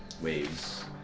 waves